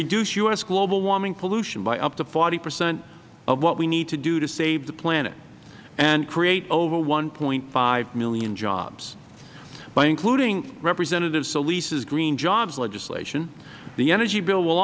reduce u s global warming pollution by up to forty percent of what we need to do to save the planet and create over one point five million jobs by including representative solis green jobs legislation the energy bill will